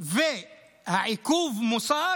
והעיכוב מוסר